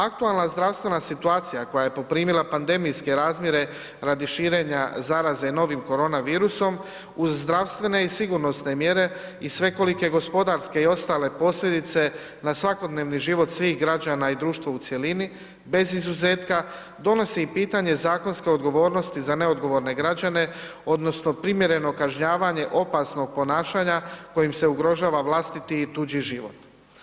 Aktualna zdravstvena situacija koja je poprimila pandemijske razmjere radi širenja zaraze novim korona virusom uz zdravstvene i sigurnosne mjere i svekolike gospodarske i ostale posljedice na svakodnevni život svih građana i društva u cjelini bez izuzetka, donosi pitanje zakonske odgovornosti za neodgovorne građene odnosno primjereno kažnjavanje opasnog ponašanja kojim se ugrožava vlastiti i tuđi život.